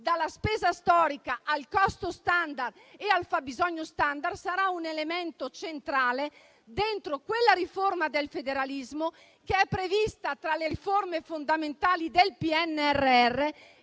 dalla spesa storica al costo *standard* e al fabbisogno *standard*, saranno un elemento centrale all'interno della riforma del federalismo prevista tra le riforme fondamentali del PNRR